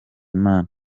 imana